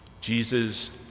Jesus